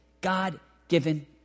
God-given